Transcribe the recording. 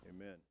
Amen